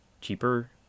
Cheaper